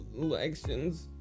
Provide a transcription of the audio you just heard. elections